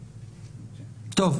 טוב.